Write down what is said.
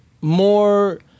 more